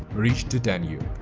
reached the danube.